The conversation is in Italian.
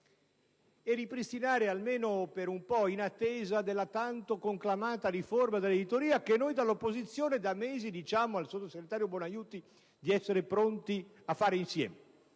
ripristinare almeno per un po' questo fondo, quindi, in attesa della tanto conclamata riforma dell'editoria. Noi dell'opposizione da mesi diciamo al sottosegretario Bonaiuti di essere pronti a fare insieme